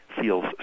feels